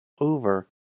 Over